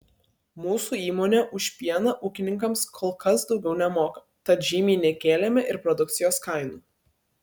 mūsų įmonė už pieną ūkininkams kol kas daugiau nemoka tad žymiai nekėlėme ir produkcijos kainų